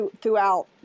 throughout